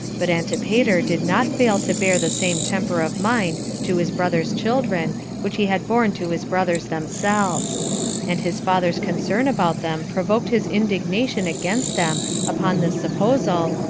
but antipater did not fail to bear the same temper of mind to his brothers' children which he had borne to his brothers themselves and his father's concern about them provoked his indignation against them upon this supposal,